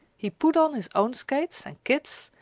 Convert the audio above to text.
he put on his own skates and kit's,